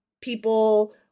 people